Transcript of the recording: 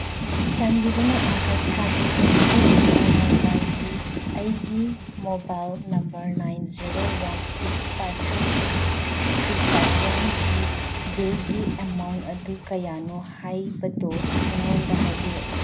ꯆꯥꯟꯕꯤꯗꯨꯅ ꯑꯥꯒꯁ ꯊꯥꯒꯤ M T N L ꯃꯨꯝꯕꯥꯏꯒꯤ ꯑꯩꯒꯤ mobile number nine zero one six five three eight three five ꯋꯥꯟꯀꯤ ꯕꯤꯜꯒꯤ ꯑꯦꯃꯥꯎꯟ ꯑꯗꯨ ꯀꯌꯥꯅꯣ ꯍꯥꯏꯕꯗꯣ ꯑꯩꯉꯣꯟꯗ ꯍꯥꯏꯕꯤꯔꯛꯎ